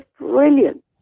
brilliant